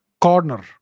corner